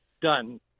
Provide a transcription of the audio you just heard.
done